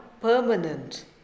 permanent